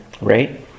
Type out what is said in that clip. right